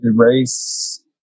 erase